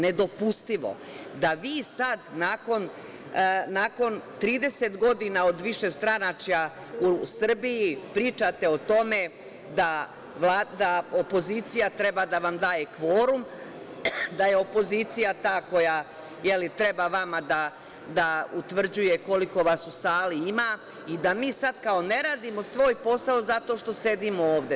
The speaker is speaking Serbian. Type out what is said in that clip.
Nedopustivo je da vi sada, nakon 30 godina od višestranačja u Srbiji, pričate o tome da opozicija treba da vam daje kvorum, da je opozicija ta koja treba vama da utvrđuje koliko vas u sali ima i da mi sad kao ne radimo svoj posao zato što sedimo ovde.